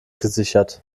gesichert